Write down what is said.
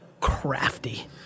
crafty